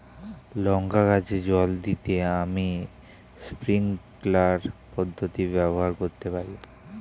লঙ্কা গাছে জল দিতে আমি স্প্রিংকলার পদ্ধতি ব্যবহার করতে পারি?